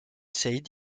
said